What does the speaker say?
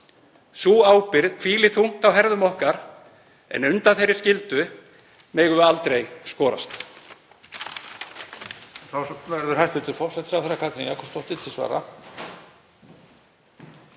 Sú ábyrgð hvílir þungt á herðum okkar, en undan þeirri skyldu megum við aldrei skorast.